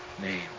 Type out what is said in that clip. name